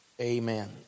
Amen